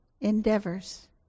endeavors